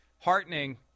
heartening